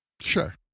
Sure